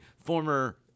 former